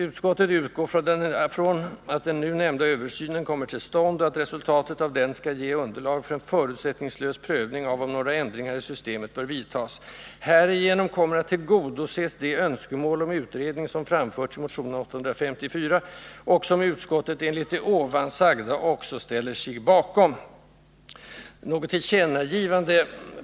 ”Utskottet utgår från att den nu nämnda översynen kommer till stånd och att resultatet av den skall ge underlag för en förutsättningslös prövning av om några ändringar i systemet bör vidtas. Härigenom kommer att tillgodoses det önskemål om utredning som framförts i motionen 854 och som utskottet enligt det ovan sagda också ställer sig bakom.